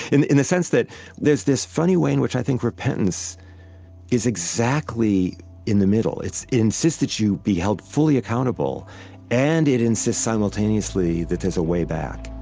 in in the sense that there's this funny way in which i think repentance is exactly in the middle. it insists that you be held fully accountable and it insists simultaneously that there's a way back